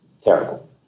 Terrible